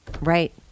Right